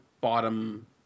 bottom